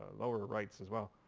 lower rights as well.